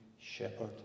shepherd